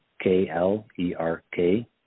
k-l-e-r-k